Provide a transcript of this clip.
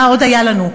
מה עוד היה לנו?